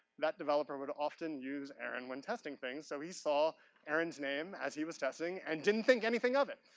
that developer would often use aaron when testing things. so he saw aaron's name as he was testing and didn't think anything of it.